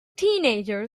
teenager